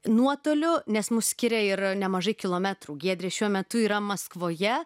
nuotoliu nes mus skiria ir nemažai kilometrų giedrė šiuo metu yra maskvoje